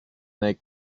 make